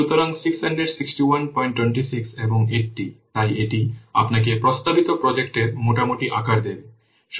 সুতরাং 66126 এবং 80 তাই এটি আপনাকে প্রস্তাবিত প্রজেক্টের মোটামুটি আকার দেবে